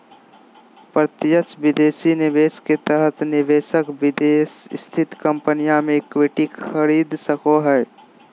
प्रत्यक्ष विदेशी निवेश के तहत निवेशक विदेश स्थित कम्पनी मे इक्विटी खरीद सको हय